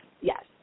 Yes